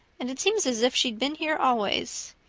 and it seems as if she'd been here always.